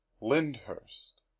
Lyndhurst